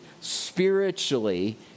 spiritually